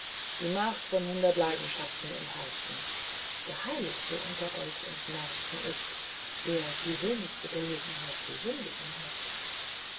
die macht von hundert leidenschaften im herzen der heiligste unter euch entnervten ist wer die wenigste gelegenheit zu sündigen hat